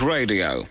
Radio